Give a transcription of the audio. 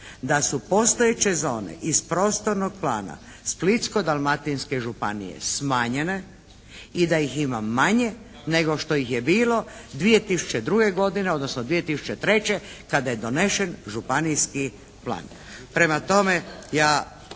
da su postojeće zone iz prostornog plana Splitsko-dalmatinske županije smanjene i da ih ima manje nego što ih je bilo 2002. godine odnosno 2003. kada je donesen županijski plan.